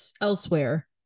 elsewhere